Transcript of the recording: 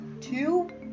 two